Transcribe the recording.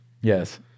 Yes